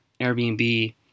Airbnb